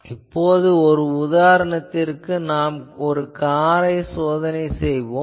இப்போது ஒரு உதாரணத்திற்கு ஒரு காரை நாம் சோதனை செய்வோம்